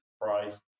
price